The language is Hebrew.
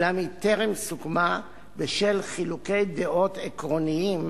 אולם היא טרם סוכמה בשל חילוקי דעות עקרוניים